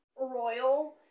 royal